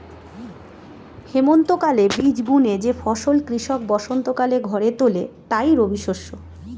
হেমন্তকালে বীজ বুনে যে ফসল কৃষক বসন্তকালে ঘরে তোলে তাই রবিশস্য